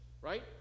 right